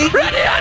ready